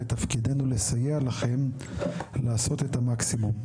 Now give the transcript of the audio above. ותפקידנו לסייע לכם לעשות את המקסימום.